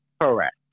Correct